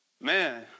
man